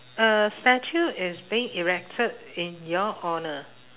a statue is being erected in your honour